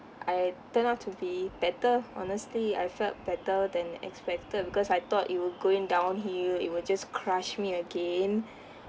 I turned out to be better honestly I felt better than expected because I thought it will going downhill it will just crush me again